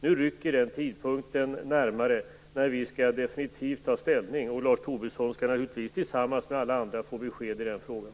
Nu rycker den tidpunkt närmare när vi definitivt skall ta ställning. Lars Tobisson skall naturligtvis, tillsammans med alla andra, få besked i den frågan.